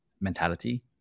mentality